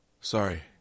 Sorry